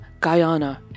Guyana